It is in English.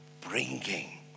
bringing